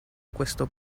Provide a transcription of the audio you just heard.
questo